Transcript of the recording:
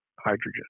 hydrogen